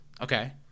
Okay